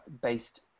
based